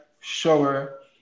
shower